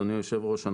אדוני יושב הראש,